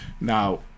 now